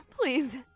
Please